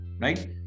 right